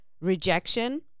rejection